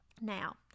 Now